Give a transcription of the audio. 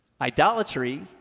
Idolatry